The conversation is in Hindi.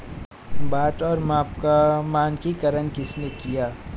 बाट और माप का मानकीकरण किसने किया?